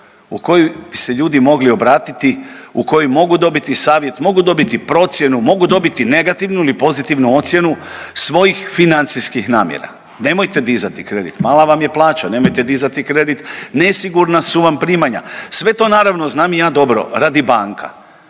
u kojoj bi se ljudi mogli obratit u kojoj mogu dobiti savjet, mogu dobiti procjenu, mogu dobiti negativnu ili pozitivnu ocjenu svojih financijskih namjera. Nemojte dizati kredit mala vam je plaća, nemojte dizati kredit nesigurna su vam primanja, sve to naravno znam i ja dobro radi banka